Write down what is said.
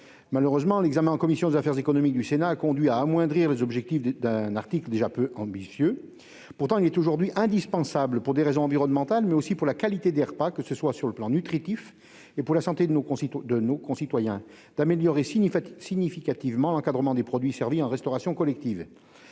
Malheureusement, l'examen en commission des affaires économiques du Sénat a conduit à amoindrir les objectifs d'un article déjà peu ambitieux. Pourtant, il est aujourd'hui indispensable, pour des raisons environnementales, mais aussi pour la qualité des repas, que ce soit sur le plan nutritif et pour la santé de nos concitoyens, d'améliorer significativement l'encadrement des produits servis dans la restauration collective.